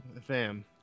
Fam